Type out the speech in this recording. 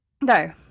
No